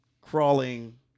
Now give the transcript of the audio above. crawling